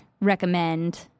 recommend